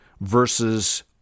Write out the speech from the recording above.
versus